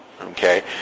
okay